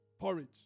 Porridge